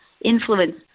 influence